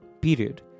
period